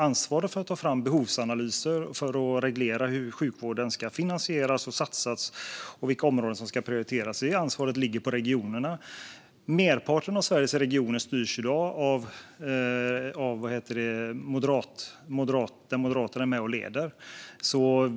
Ansvaret för att ta fram behovsanalyser, reglera hur sjukvården ska finansieras samt besluta var det ska satsas och vilka områden som ska prioriteras ligger på regionerna. Merparten av Sveriges regioner styrs i dag av samarbeten där Moderaterna är med och leder.